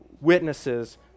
witnesses